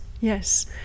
Yes